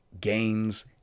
gains